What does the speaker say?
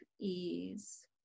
ease